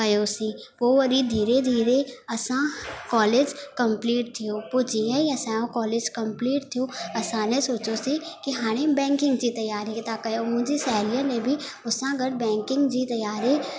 कयोसीं पोइ वरी धीरे धीरे असां कॉलेज कम्पलीट थियो पोइ जीअं ई असांजो कॉलेज कम्पलीट थियो असांने सोचियोसीं की हाणे बैकिंग जी तयारी त कयूं मुंहिंजी सहेलियो ने बि मूंसा गॾु बैकिंग जी तयारी